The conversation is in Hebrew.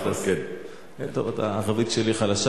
טוב, הערבית שלי חלשה.